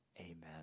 Amen